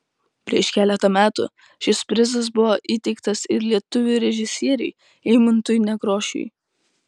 prieš keletą metų šis prizas buvo įteiktas ir lietuvių režisieriui eimuntui nekrošiui